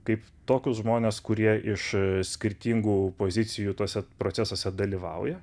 kaip tokius žmones kurie iš skirtingų pozicijų tuose procesuose dalyvauja